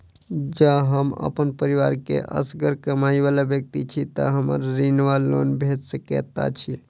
जँ हम अप्पन परिवार मे असगर कमाई वला व्यक्ति छी तऽ हमरा ऋण वा लोन भेट सकैत अछि?